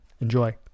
Enjoy